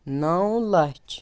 نَو لَچھ